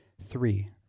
Three